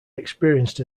experienced